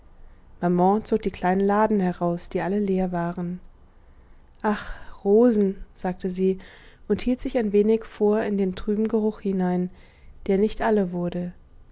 maman zog die kleinen laden heraus die alle leer waren ach rosen sagte sie und hielt sich ein wenig vor in den trüben geruch hinein der nicht alle wurde